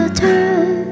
turn